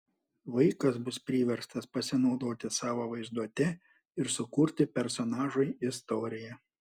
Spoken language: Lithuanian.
vaikas bus priverstas pasinaudoti savo vaizduote ir sukurti personažui istoriją